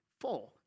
four